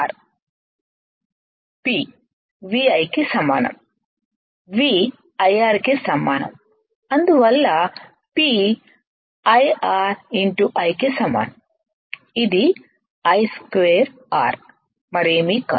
P VI కు సమానం V IR కి సమానం అందువల్ల P IRI కి సమానం ఇది ఐ స్క్వేర్ ఆర్ R మరేమీ కాదు